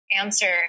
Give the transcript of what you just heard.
answer